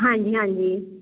ਹਾਂਜੀ ਹਾਂਜੀ